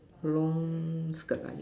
long skirt I means